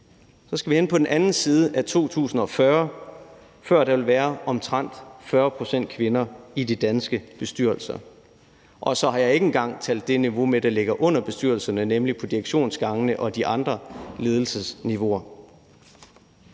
skal vi hen på den anden side af 2040, før der vil være omtrent 40 pct. kvinder i de danske bestyrelser. Og så har jeg ikke engang talt de niveauer med, som ligger under bestyrelserne, nemlig direktionsgangene og de andre ledelsesniveauer.